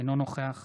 אינו נוכח